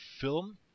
film